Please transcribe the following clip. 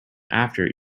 after